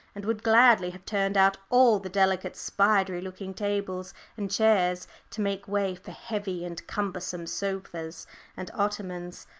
and would gladly have turned out all the delicate spidery-looking tables and chairs to make way for heavy and cumbersome sofas and ottomans,